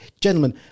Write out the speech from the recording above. Gentlemen